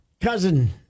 cousin